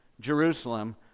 Jerusalem